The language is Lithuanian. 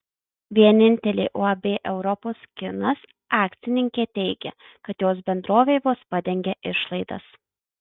vienintelė uab europos kinas akcininkė teigia kad jos bendrovė vos padengia išlaidas